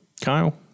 Kyle